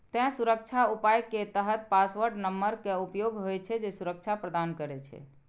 तें सुरक्षा उपाय के तहत पासवर्ड नंबर के उपयोग होइ छै, जे सुरक्षा प्रदान करै छै